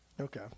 Okay